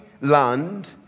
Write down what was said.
land